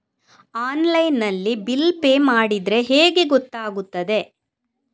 Online ನಲ್ಲಿ bill pay ಮಾಡಿದ್ರೆ ಹೇಗೆ ಗೊತ್ತಾಗುತ್ತದೆ?